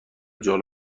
جالب